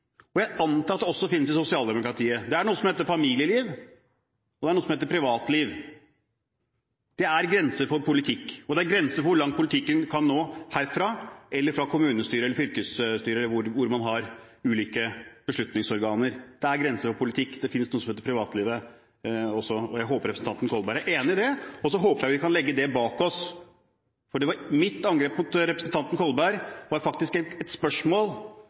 og jeg antar at det finnes det også i sosialdemokratiet. Det er noe som heter familieliv, og det er noe som heter privatliv. Det er grenser for politikk, og det er grenser for hvor langt politikken kan nå herfra, eller fra kommunestyret eller fylkesstyret eller andre beslutningsorganer. Det er grenser for politikk, og det er noe som heter privatlivet. Jeg håper representanten Kolberg er enig i det, og jeg håper vi kan legge det bak oss. For mitt innlegg var faktisk et spørsmål til representanten Kolberg, ikke et angrep. Angrepet tilbake på meg var faktisk